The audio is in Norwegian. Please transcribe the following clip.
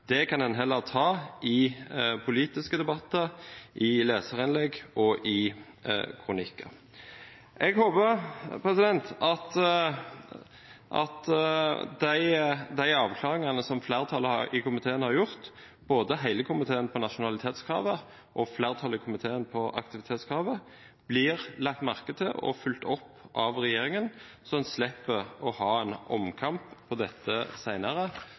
Det kan en heller ta i politiske debatter, i leserinnlegg og i kronikker. Jeg håper at de avklaringene som komiteen har gjort – hele komiteen når det gjelder nasjonalitetskravet, og flertallet i komiteen når det gjelder aktivitetskravet – blir lagt merke til og fulgt opp av regjeringen, slik at en slipper å ha en omkamp om dette